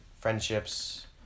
friendships